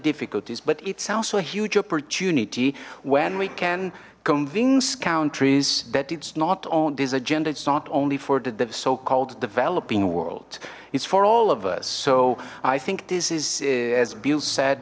difficulties but it sounds a huge opportunity when we can convince countries that it's not on this agenda it's not only for the dev so called developing world it's for all of us so i think this is as bill said